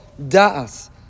da'as